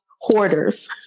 Hoarders